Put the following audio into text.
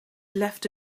left